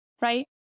Right